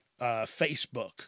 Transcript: Facebook